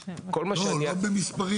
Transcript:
לא, לא במספרים.